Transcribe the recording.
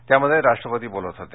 त्यामध्ये राष्ट्रपती बोलत होते